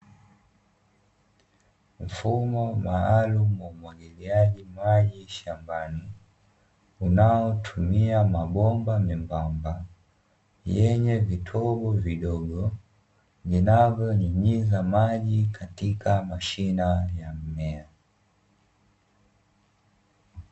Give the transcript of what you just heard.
Mfumo maalumu wa umwagiliaji maji shambani unaotumia mabomba membamba yenye vitobo vidogo vinavyonyunyiza maji katika mashina ya mimea.